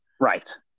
Right